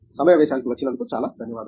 సమావేశానికి వచ్చినందుకు చాలా ధన్యవాదాలు